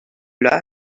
lâches